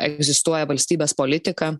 egzistuoja valstybės politika